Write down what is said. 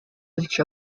reach